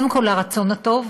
קודם כול לרצון הטוב,